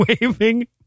waving